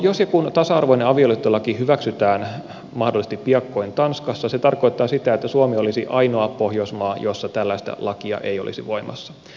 jos ja kun tasa arvoinen avioliittolaki hyväksytään mahdollisesti piakkoin tanskassa se tarkoittaa sitä että suomi olisi ainoa pohjoismaa jossa tällaista lakia ei olisi voimassa